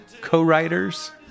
co-writers